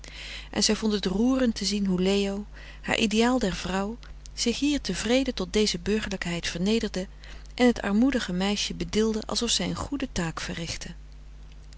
en zij vond het roerend te zien hoe leo haar ideaal der vrouw zich hier tevreden tot deze burgerlijkheid vernederde en het armoedige meisje bedilde alsof zij een goede taak verrichtte